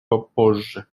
попозже